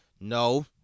No